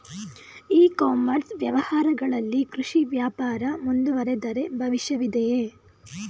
E commerce ವ್ಯವಹಾರಗಳಲ್ಲಿ ಕೃಷಿ ವ್ಯಾಪಾರ ಮುಂದುವರಿದರೆ ಭವಿಷ್ಯವಿದೆಯೇ?